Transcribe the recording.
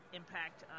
impact